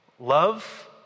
Love